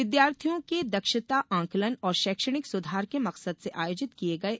विद्यार्थियों के दक्षता आंकलन और शैक्षिणक सुधार के मकसद से आयोजित किये गये